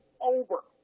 over